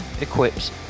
equips